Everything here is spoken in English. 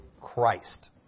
Christ